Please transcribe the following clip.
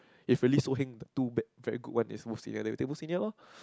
if really so heng two bat very good one is wolf senior then we take wolf senior loh